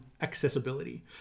accessibility